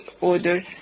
order